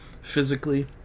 physically